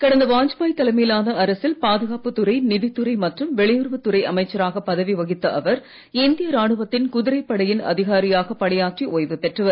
கடந்த வாஜ்பாய் தலைமையிலான அரசில் பாதுகாப்புத்துறை நிதித்துறை மற்றும் வெளியுறவுத்துறை அமைசராக பதவி வகித்த அவர் இந்திய ராணுவத்தின் குதிரைபடையின் அதிகாரியாக பணியாற்றி ஓய்வு பெற்றவர்